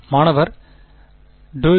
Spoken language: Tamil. மாணவர் ∂G